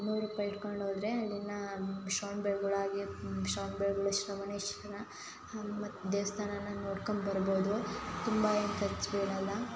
ನೂರು ರೂಪಾಯಿ ಹಿಡ್ಕೊಂಡು ಹೋದ್ರೆ ಅಲ್ಲಿನ ಶ್ರವಣಬೆಳಗೊಳ ಆಗಿ ಶ್ರವಣಬೆಳಗೊಳ ಶ್ರವಣೇಶ್ವರ ಮತ್ತು ದೇವಸ್ಥಾನನ ನೋಡ್ಕೊಂಡ್ಬರ್ಬೋದು ತುಂಬ ಏನೂ ಖರ್ಚು ಬೀಳೋಲ್ಲ